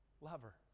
lover